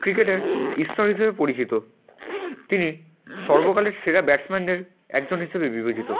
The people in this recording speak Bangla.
ক্রিকেটের ঈশ্বর হিসেবে পরিচিত তিনি সর্বকালের সেরা ব্যাটসম্যানদের একজন হিসেবে বিবেচিত